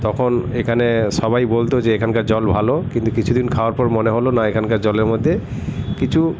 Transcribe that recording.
তখন এখানে সবাই বলতো যে এখানকার জল ভালো কিন্তু কিছুদিন খাওয়ার পর মনে হল না এখানকার জলের মধ্যে কিছু